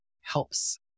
helps